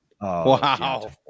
Wow